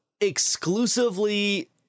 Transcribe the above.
exclusively